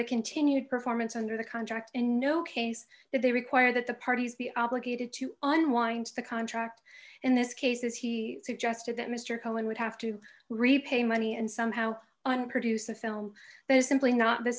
the continued performance under the contract and no case that they require that the parties be obligated to unwind the contract in this case as he suggested that mr cohen would have to repay money and somehow and produce a film that is simply not the